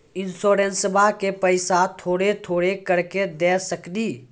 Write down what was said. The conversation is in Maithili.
इंश्योरेंसबा के पैसा थोड़ा थोड़ा करके दे सकेनी?